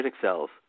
cells